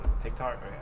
TikTok